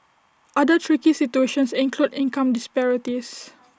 other tricky situations include income disparities